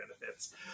benefits